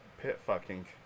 Pit-fucking-